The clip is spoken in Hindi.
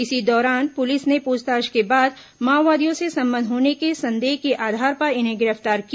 इसी दौरान पुलिस ने पूछताछ के बाद माओवादियों से संबंध होने के संदेह के आधार पर इन्हें गिरफ्तार किया